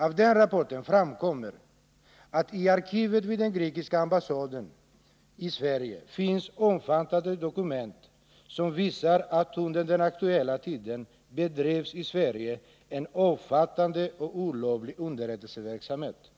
Av den rapporten framkommer att i arkivet vid den grekiska ambassaden i Sverige finns omfattande dokument som visar att det under den aktuella tiden i Sveriga bedrevs en omfattande och olovlig underrättelseverksamhet,